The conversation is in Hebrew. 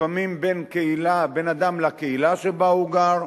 לפעמים בין אדם לקהילה שבה הוא גר,